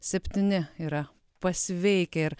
septyni yra pasveikę ir